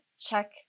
check